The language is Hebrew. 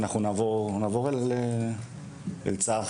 אנחנו נעבור אל צח,